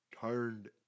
turned